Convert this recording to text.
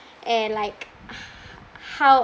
and like h~ how